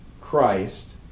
Christ